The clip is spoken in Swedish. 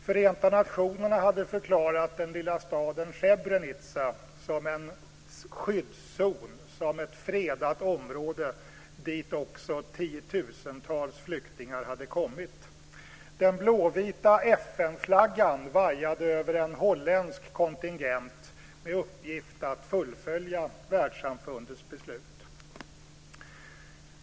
Förenta nationerna hade förklarat den lilla staden Srebrenica som en skyddszon, ett fredat område, dit också tiotusentals flyktingar hade kommit. Den blåvita FN-flaggan vajade över en holländsk kontingent, som hade till uppgift att fullfölja världssamfundets beslut.